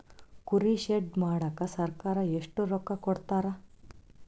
ಕುರಿ ಶೆಡ್ ಮಾಡಕ ಸರ್ಕಾರ ಎಷ್ಟು ರೊಕ್ಕ ಕೊಡ್ತಾರ?